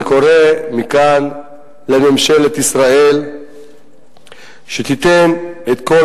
אני קורא מכאן לממשלת ישראל שתיתן את כל